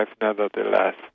nevertheless